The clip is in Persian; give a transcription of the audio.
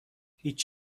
هیچ